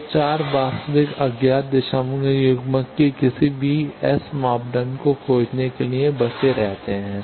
तो 4 वास्तविक अज्ञात दिशात्मक युग्मक के किसी भी एस मापदंड को खोजने के लिए बने रहते हैं